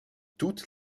toutes